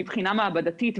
שמבחינה מעבדתית,